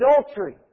adultery